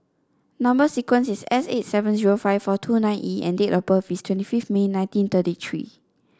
number sequence is S eight seven zero five four two nine E and date of birth is twenty fifth May nineteen thirty three